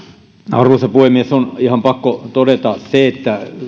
arvoisa puhemies on ihan pakko todeta se että